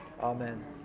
Amen